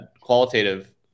qualitative